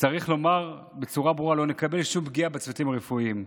צריך לומר בצורה ברורה: לא נקבל שום פגיעה בצוותים הרפואיים.